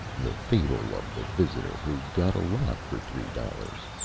the fable of the visitor who got a lot for three dollars